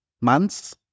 months